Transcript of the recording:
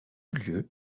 lieu